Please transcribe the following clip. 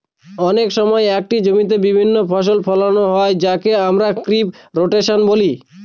অনেক সময় একটি জমিতে বিভিন্ন ফসল ফোলানো হয় যাকে আমরা ক্রপ রোটেশন বলি